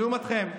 לעומתכם.